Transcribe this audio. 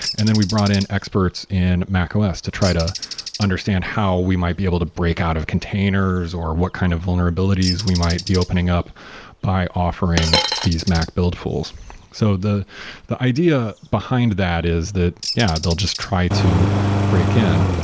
and then we brought in experts in mac os to try to understand how we might be able to break out of containers, or what kind of vulnerabilities we might be opening up by offering these mac build tools so the the idea behind that is that yeah, they'll just try to break in.